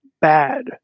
bad